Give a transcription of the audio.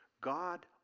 God